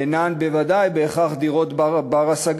ובוודאי אינן בהכרח דירות בנות-השגה.